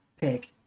pick